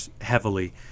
heavily